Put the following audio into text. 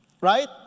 Right